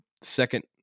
second